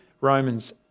Romans